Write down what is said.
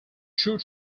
two